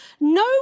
No